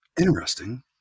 Interesting